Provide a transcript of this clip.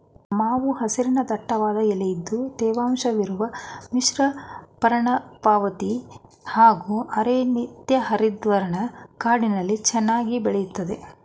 ಮಾವು ಹಸಿರಿನ ದಟ್ಟವಾದ ಎಲೆ ಇದ್ದು ತೇವಾಂಶವಿರುವ ಮಿಶ್ರಪರ್ಣಪಾತಿ ಹಾಗೂ ಅರೆ ನಿತ್ಯಹರಿದ್ವರ್ಣ ಕಾಡಲ್ಲಿ ಚೆನ್ನಾಗಿ ಬೆಳಿತದೆ